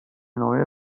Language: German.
neue